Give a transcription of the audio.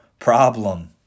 problem